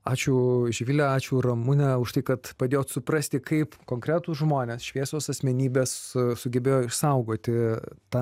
ačiū živile ačiū ramune už tai kad padėjot suprasti kaip konkretūs žmonės šviesios asmenybės sugebėjo išsaugoti tą